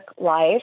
life